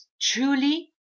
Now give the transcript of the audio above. truly